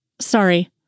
Sorry